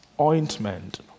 ointment